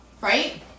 right